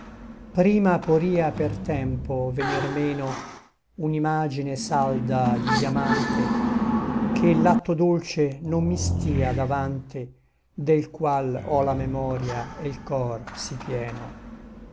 prima poria per tempo venir meno un'imagine salda di diamante che l'atto dolce non mi stia davante del qual ò la memoria e l cor sí pieno